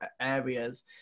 areas